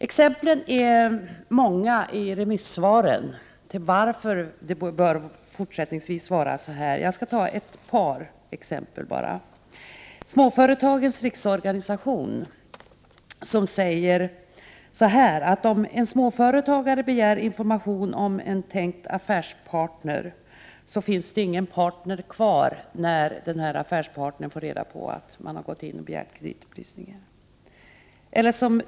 Exemplen är många bland remissvaren på varför det fortsättningsvis också bör vara så. Jag skall bara ta ett par exempel. Småföretagens riksorganisation säger att om en småföretagare begär information om en tänkt affärspartner så finns denne partner inte kvar när den har fått reda på att man har gått in och begärt kreditupplysning.